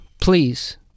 please